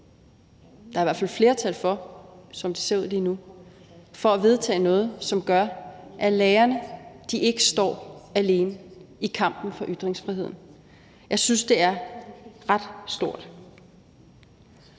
der er i hvert fald flertal for det, som det ser ud lige nu – som gør, at lærerne ikke står alene i kampen for ytringsfriheden. Jeg synes, det er ret stort,